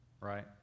right